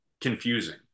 confusing